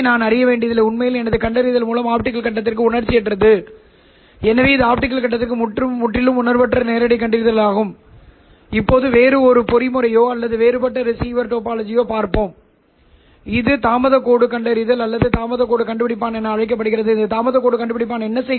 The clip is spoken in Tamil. நான் பெறும் இந்த வெளியீட்டு துறைமுகத்தில் எனக்கு என்ன கிடைக்கும் E¿¿s ELO 2 ¿ இது மின்சார புலம் அல்லது வெளிச்சம் நான் கோப்பலரின் வெளியீட்டில் பெறப் போகிறேன் என்பதை நினைவில் கொள்க